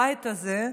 הבית הזה,